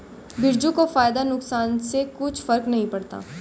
बिरजू को फायदा नुकसान से कुछ फर्क नहीं पड़ता